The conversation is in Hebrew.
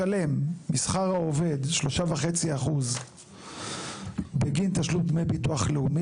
משלם משכר העובד 3.5% בגין תשלום דמי ביטוח לאומי.